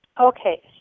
Okay